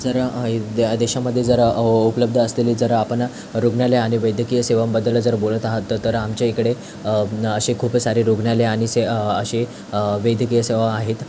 जर द देशामध्ये जर उ उपलब्ध असलेली जर आपण रुग्णालय आणि वैद्यकीय सेवांबद्दल जर बोलत आहात तर तर आमच्या इकडे असे खूप सारे रुग्णालय आणि से असे वैद्यकीय सेवा आहेत